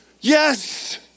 Yes